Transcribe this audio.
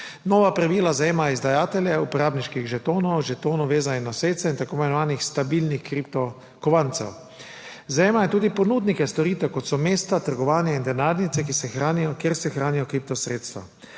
Nova pravila zajemajo izdajatelje uporabniških žetonov, žetonov, vezanih na sredstva, in tako imenovanih stabilnih kriptokovancev. Zajemajo tudi ponudnike storitev, kot so mesta, trgovanje in denarnice, kjer se hranijo kriptosredstva.